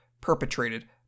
perpetrated